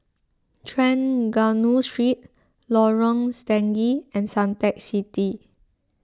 Trengganu Street Lorong Stangee and Suntec City